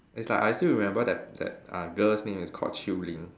it's like I still remember that that uh the girl's name is called Chew Ling